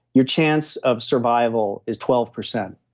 your chance of survival is twelve percent.